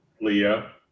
leah